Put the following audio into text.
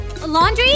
laundry